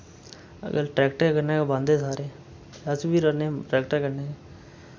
अजकल ट्रैक्टरे कन्नै गै बांह्दे सारे अस बी राह्न्ने ट्रैक्टरै कन्नै